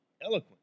eloquent